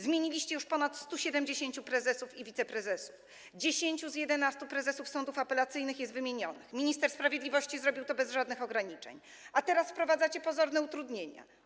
Zmieniliście już ponad 170 prezesów i wiceprezesów, 10 z 11 prezesów sądów apelacyjnych jest wymienionych - minister sprawiedliwości zrobił to bez żadnych ograniczeń - a teraz wprowadzacie pozorne utrudnienia.